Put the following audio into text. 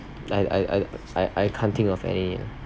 like I I I I can't think of any